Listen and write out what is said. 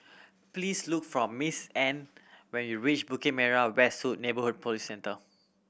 please look for Miss Anne when you reach Bukit Merah West Neighbourhood Police Centre